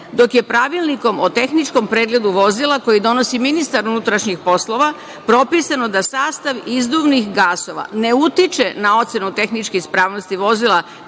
normativima. Pravilnikom o tehničkom pregledu vozila, koji donosi ministar unutrašnjih poslova, propisano je da sastav izduvnih gasova ne utiče na ocenu tehničke ispravnosti vozila